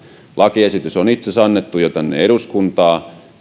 lakiesitys on itse asiassa jo annettu tänne eduskuntaan